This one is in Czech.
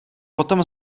potom